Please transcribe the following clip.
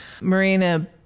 Marina